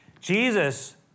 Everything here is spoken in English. Jesus